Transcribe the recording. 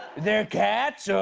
they're cats!